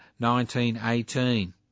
1918